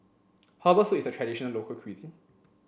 herbal soup is a traditional local cuisine